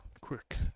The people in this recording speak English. Quick